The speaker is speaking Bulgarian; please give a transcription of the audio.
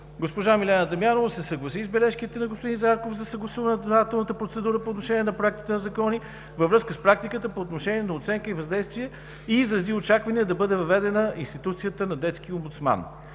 Госпожа Милена Дамянова се съгласи с бележките на господин Зарков за съгласувателната процедура по отношение на проектите на закони във връзка с практиката по отношение на оценката за въздействие и изрази очаквания да бъде въведена институцията на детски омбудсман.